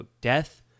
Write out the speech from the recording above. Death